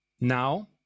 now